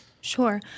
Sure